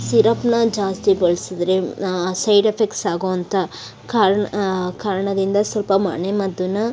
ಸಿರಪನ್ನು ಜಾಸ್ತಿ ಬಳಸಿದ್ರೆ side effects ಆಗುವಂಥ ಕಾರಣ ಕಾರಣದಿಂದ ಸ್ವಲ್ಪ ಮನೆ ಮದ್ದನ್ನು